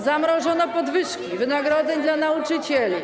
Zamrożono podwyżki wynagrodzeń dla nauczycieli.